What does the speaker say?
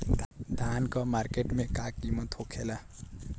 धान क मार्केट में का कीमत होखेला?